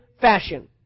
fashion